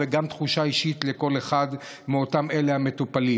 למשפחה, וגם תחושה אישית לכל אחד מאותם המטופלים.